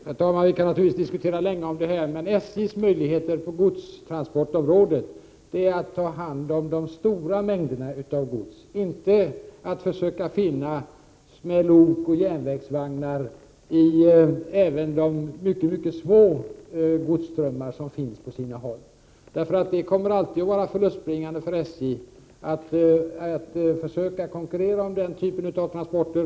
Herr talman! Vi kan naturligtvis diskutera detta länge. På godstransportområdet handlar det för SJ:s del om att ta hand om de stora mängderna gods, inte att med lok och järnvägsvagnar transportera de mycket små godsströmmar som finns på sina håll. Det kommer alltid att vara förlustbringande för SJ att försöka konkurrera om den typen av transporter.